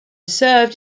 served